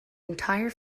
entire